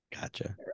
Gotcha